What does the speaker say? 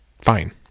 Fine